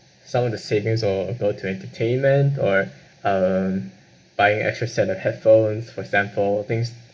some of the savings will go to entertainment or uh buying extra set of headphones for example things